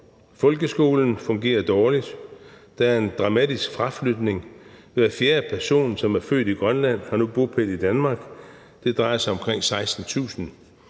Folkeskolen fungerer dårligt, der er en dramatisk fraflytning, hver fjerde person, som er født i Grønland, har nu bopæl i Danmark – det drejer sig om omkring 16.000